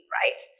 right